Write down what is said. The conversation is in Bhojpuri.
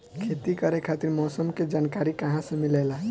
खेती करे खातिर मौसम के जानकारी कहाँसे मिलेला?